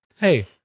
Hey